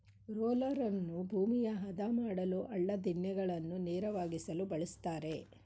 ರೋಲರನ್ನು ಭೂಮಿಯ ಆದ ಮಾಡಲು, ಹಳ್ಳ ದಿಣ್ಣೆಗಳನ್ನು ನೇರವಾಗಿಸಲು ಬಳ್ಸತ್ತರೆ